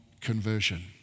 conversion